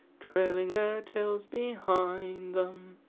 trailing their tails behind them.